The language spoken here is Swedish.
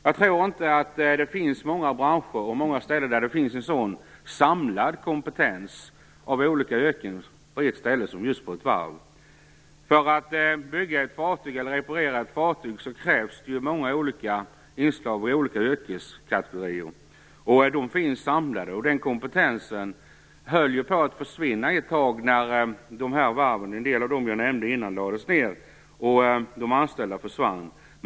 Jag tror inte att det är många branscher där det finns så mycket samlad kompetens av olika yrken som just på ett varv. För att bygga eller reparera ett fartyg krävs det inslag av många olika yrkeskategorier. Den kompetensen höll ett tag på att försvinna, när varven lades ned och de anställda försvann.